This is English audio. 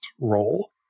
role